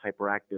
hyperactive